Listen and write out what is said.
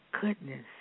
goodness